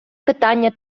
питання